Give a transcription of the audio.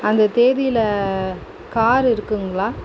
அந்த தேதியில கார் இருக்குங்களா